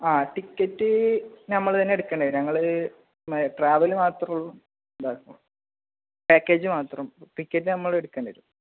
ആ ടിക്കറ്റ് നമ്മള് തന്നെ എടുക്കേണ്ടിവരും ഞങ്ങള് ട്രാവല് മാത്രമേ ഇതാക്കുകയുള്ളൂ പാക്കേജ് മാത്രം ടിക്കറ്റ് നമ്മള് എടുക്കേണ്ടിവരും